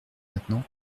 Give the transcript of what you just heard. maintenant